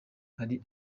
hari